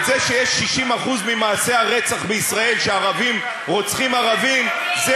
את זה שב-60% ממעשי הרצח בישראל ערבים רוצחים ערבים,